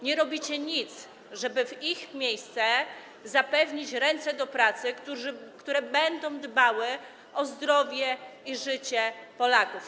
Nie robicie nic, żeby w ich miejsce zapewnić ręce do pracy, osoby, które będą dbały o zdrowie i życie Polaków.